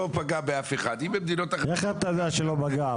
פגע באף אחד --- איך אתה יודע שזה לא פגע?